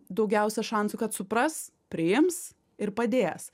daugiausia šansų kad supras priims ir padės